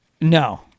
No